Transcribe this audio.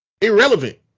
irrelevant